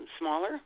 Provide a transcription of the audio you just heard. smaller